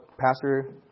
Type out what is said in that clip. Pastor